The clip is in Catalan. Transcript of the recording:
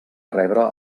rebre